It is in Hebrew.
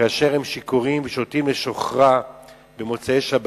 כאשר הם שיכורים ושותים לשוכרה במוצאי-שבתות,